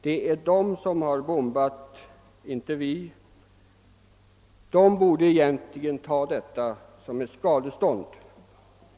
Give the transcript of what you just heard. Det är Amerika som har bombat, inte vi. Amerika borde egentligen betala detta som ett skadestånd.